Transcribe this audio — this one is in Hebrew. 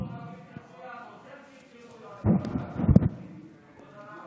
חבריי חברי הכנסת, תודה מיוחדת לחבר הכנסת משה